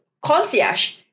concierge